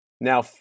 now